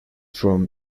from